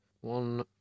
One